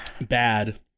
bad